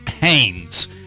Haynes